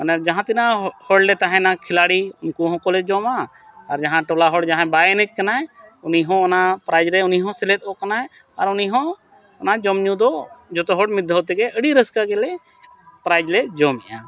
ᱢᱟᱱᱮ ᱡᱟᱦᱟᱸ ᱛᱤᱱᱟᱹᱜ ᱦᱚᱲᱞᱮ ᱛᱟᱦᱮᱱᱟ ᱠᱷᱤᱞᱟᱲᱤ ᱩᱱᱠᱩ ᱠᱚᱦᱚᱞᱮ ᱡᱚᱢᱟ ᱟᱨ ᱡᱟᱦᱟᱸ ᱴᱚᱞᱟ ᱦᱚᱲ ᱡᱟᱦᱟᱸᱭ ᱵᱟᱭ ᱮᱱᱮᱡ ᱠᱟᱱᱟᱭ ᱩᱱᱤ ᱦᱚᱸ ᱚᱱᱟ ᱯᱨᱟᱭᱤᱡᱽ ᱨᱮ ᱩᱱᱤᱦᱚᱸ ᱥᱮᱞᱮᱫᱚᱜ ᱠᱟᱱᱟᱭ ᱟᱨ ᱩᱱᱤ ᱦᱚᱸ ᱚᱱᱟ ᱡᱚᱢ ᱧᱩ ᱫᱚ ᱡᱚᱛᱚ ᱦᱚᱲ ᱢᱤᱫ ᱫᱷᱟᱹᱣ ᱛᱮᱜᱮ ᱟᱹᱰᱤ ᱨᱟᱹᱥᱠᱟᱹᱜᱮᱞᱮ ᱯᱨᱟᱭᱤᱡᱽ ᱞᱮ ᱡᱚᱢᱮᱜᱼᱟ